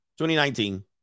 2019